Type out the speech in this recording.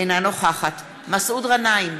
אינה נוכחת מסעוד גנאים,